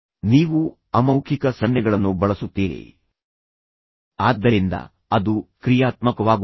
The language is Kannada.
ನೀವು ಅಮೌಖಿಕ ಸನ್ನೆಗಳನ್ನು ಬಳಸುತ್ತೀರಿ ಆದ್ದರಿಂದ ಅದು ಕ್ರಿಯಾತ್ಮಕವಾಗುತ್ತದೆ